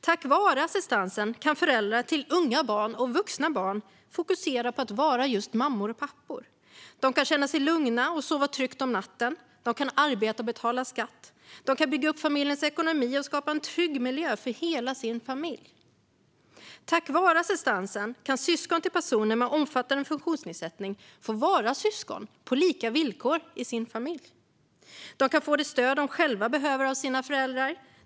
Tack vare assistansen kan föräldrar till unga barn och vuxna barn fokusera på att vara just mammor och pappor. De kan känna sig lugna och sova tryggt om natten. De kan arbeta och betala skatt. De kan bygga upp familjens ekonomi och skapa en trygg miljö för hela sin familj. Tack vare assistansen kan syskon till personer med omfattande funktionsnedsättning få vara syskon på lika villkor i sin familj. De kan få det stöd som de själva behöver av sina föräldrar.